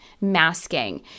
masking